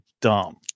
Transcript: dumb